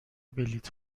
بلیط